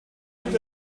tut